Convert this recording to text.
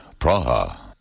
Praha